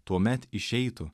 tuomet išeitų